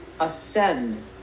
ascend